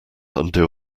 undo